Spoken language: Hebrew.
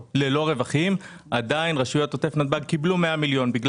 רווחים עדיין רשויות עוטף נתב"ג קיבלו 100 מיליון.